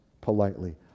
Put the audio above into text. politely